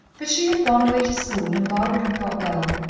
but she had gone away to school, and barbara had got well,